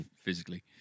Physically